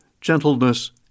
gentleness